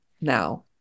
now